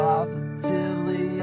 Positively